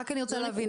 רק אני רוצה להבין,